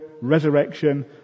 resurrection